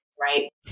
Right